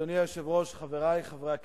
אדוני היושב-ראש, חברי חברי הכנסת,